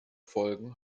folgen